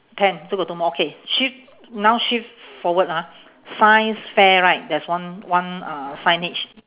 ten so got two more okay shift now shift forward ah science fair right there's one one uh signage